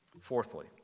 fourthly